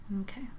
Okay